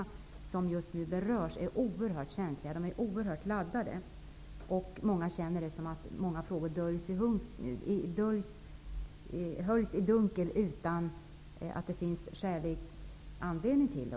Dessa frågor är oerhört känsliga och laddade, och många anser att dessa frågor är höljda i dunkel utan att det finns skälig anledning till det.